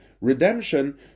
redemption